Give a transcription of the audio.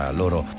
loro